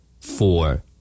four